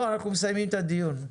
מסיימים את הדיון.